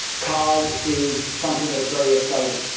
cause is something that's very exciting.